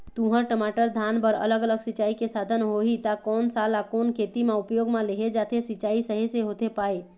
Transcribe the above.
तुंहर, टमाटर, धान बर अलग अलग सिचाई के साधन होही ता कोन सा ला कोन खेती मा उपयोग मा लेहे जाथे, सिचाई सही से होथे पाए?